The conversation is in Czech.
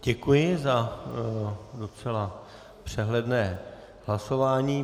Děkuji za docela přehledné hlasování.